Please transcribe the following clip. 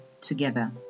together